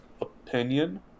opinion